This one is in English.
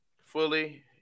fully